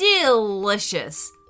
Delicious